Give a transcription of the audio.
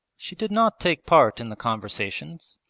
she did not take part in the conversations,